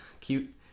cute